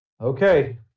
okay